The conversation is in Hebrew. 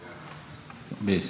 בסדר.